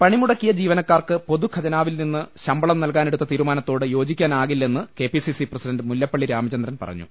പണിമുടക്കിയ ജീവനക്കാർക്ക് പൊതുഖജനാവിൽ നിന്ന് ശമ്പളം നൽകാൻ എടുത്ത തീരുമാനത്തോട് യോജിക്കാനാ കില്ലെന്ന് കെപിസിസി പ്രസിഡന്റ് മുല്ലപ്പള്ളി രാമചന്ദ്രൻ പറഞ്ഞു